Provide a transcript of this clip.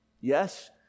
Yes